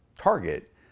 target